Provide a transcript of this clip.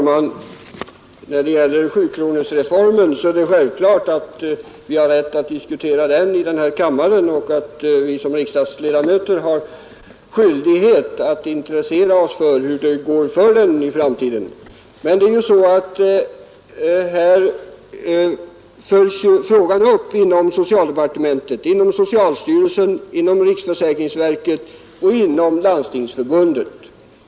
Herr talman! Det är självklart att vi har rätt att diskutera sjukronorsreformen i denna kammare och att vi som riksdagsledamöter har skyldighet att intressera oss för hur det går med den i framtiden. Nu följs ju frågan upp inom socialdepartementet, inom socialstyrelsen, inom riksförsäkringsverket och inom Landstingsförbundet.